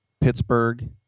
Pittsburgh